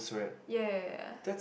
ya ya ya